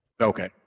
okay